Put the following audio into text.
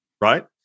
Right